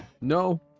No